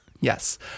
Yes